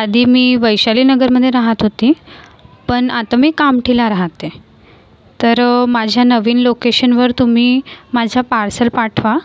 आधी मी वैशालीनगरमध्ये राहत होते पण आता मी कामठीला राहते तर माझ्या नवीन लोकेशनवर तुम्ही माझं पार्सल पाठवा